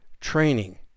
training